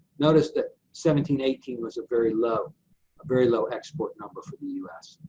notice that seventeen eighteen was a very low, a very low export number for the u s